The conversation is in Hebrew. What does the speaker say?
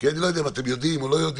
כי אני לא יודע אם אתם יודעים או לא יודעים,